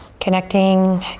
connecting,